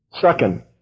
Second